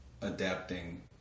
adapting